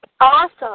Awesome